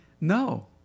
no